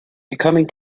becoming